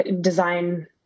design